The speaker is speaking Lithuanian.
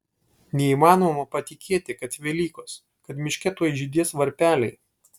neįmanoma patikėti kad velykos kad miške tuoj žydės varpeliai